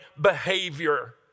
behavior